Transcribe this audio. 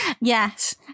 Yes